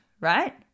right